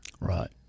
Right